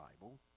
Bible